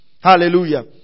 Hallelujah